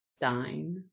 dine